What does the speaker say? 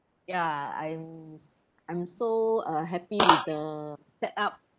ya I'm s~ I'm so uh happy with the set up